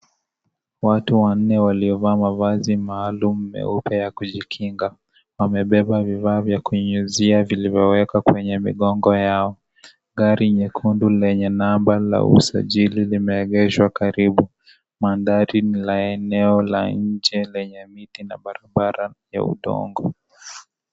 Watu wanne waliovaa mavazi maalum meupe ya kujikinga wamebeba vifaa vya kunyunyizia zilizowekwa kwenye migongo yao. Gari nyekundu lenye namba la usajili limeegeshwa karibu. Mandhari ni la eneo la nje lenye miti na barabara rasmi ya udongo.